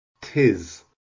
tis